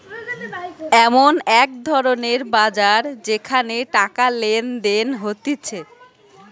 এমন এক ধরণের বাজার যেখানে টাকা লেনদেন হতিছে